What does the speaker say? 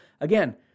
Again